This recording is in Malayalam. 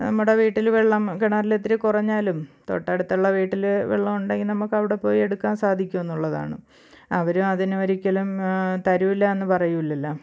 നമ്മുടെ വീട്ടിൽ വെള്ളം കിണറിൽ ഇത്തിരി കുറഞ്ഞാലും തൊട്ടടുത്തുള്ള വീട്ടിൽ വെള്ളം ഉണ്ടെങ്കിൽ നമുക്ക് അവിടെ പോയി എടുക്കാന് സാധിക്കും എന്നുള്ളതാണ് അവർ അതിനൊരിക്കലും തരില്ല എന്ന് പറയില്ലല്ലോ